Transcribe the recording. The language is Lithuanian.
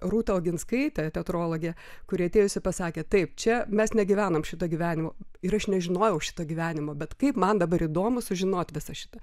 rūta oginskaitė teatrologė kuri atėjusi pasakė taip čia mes negyvenam šito gyvenimo ir aš nežinojau šito gyvenimo bet kaip man dabar įdomu sužinoti visą šitą